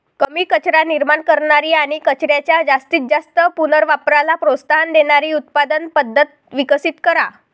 कमी कचरा निर्माण करणारी आणि कचऱ्याच्या जास्तीत जास्त पुनर्वापराला प्रोत्साहन देणारी उत्पादन पद्धत विकसित करा